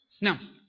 Now